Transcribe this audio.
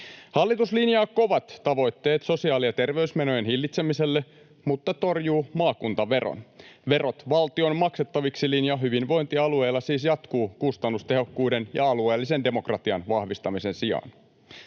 Hallitus linjaa kovat tavoitteet sosiaali- ja terveysmenojen hillitsemiselle mutta torjuu maakuntaveron. Verot valtion maksettaviksi ‑linja hyvinvointialueilla siis jatkuu kustannustehokkuuden ja alueellisen demokratian vahvistamisen sijaan.